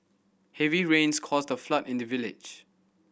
heavy rains caused the flood in the village